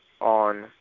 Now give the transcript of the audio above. on